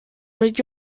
mit